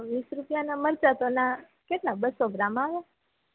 વીસ રૂપિયાના મરચા તો ના કેટલા બસ્સો ગ્રામ આવે